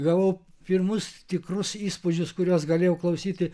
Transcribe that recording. gavau pirmus tikrus įspūdžius kuriuos galėjau klausyti